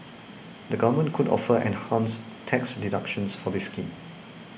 the government could offer enhanced tax deductions for this scheme